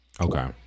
Okay